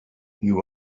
you